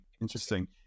interesting